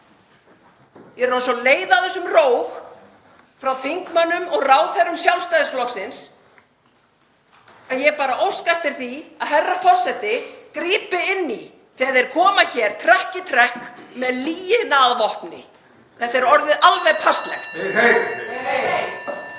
ég er orðin svo leið á þessum róg frá þingmönnum og ráðherrum Sjálfstæðisflokksins, að ég óska eftir því að herra forseti grípi inn í þegar þeir koma hér trekk í trekk með lygina að vopni. Þetta er orðið alveg passlegt.